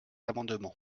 amendement